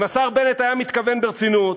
אם השר בנט היה מתכוון ברצינות,